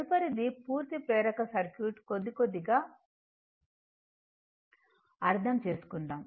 తదుపరిది పూర్తి ప్రేరక సర్క్యూట్ కొద్ది కొద్దిగా అర్థం చేసుకుందాము